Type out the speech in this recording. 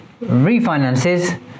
refinances